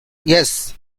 yes